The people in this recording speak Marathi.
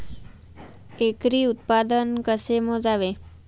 एकरी उत्पादन कसे मोजावे?